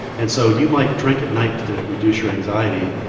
and so you might drink at night to reduce your anxiety.